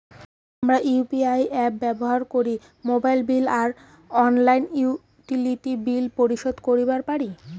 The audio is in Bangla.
হামরা ইউ.পি.আই অ্যাপস ব্যবহার করি মোবাইল বিল আর অইন্যান্য ইউটিলিটি বিল পরিশোধ করিবা পারি